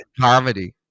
comedy